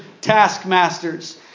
taskmasters